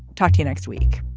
talk to you next week